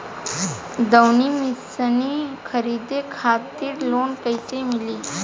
दऊनी मशीन खरीदे खातिर लोन कइसे मिली?